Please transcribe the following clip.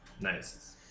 Nice